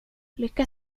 lycka